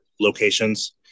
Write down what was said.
locations